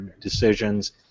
decisions